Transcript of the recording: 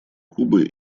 кубы